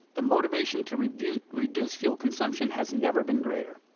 the motivation to reduce reduce fuel consumption has never been greater.